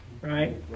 right